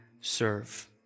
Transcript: serve